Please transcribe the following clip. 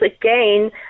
again